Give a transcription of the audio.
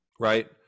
right